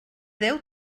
deu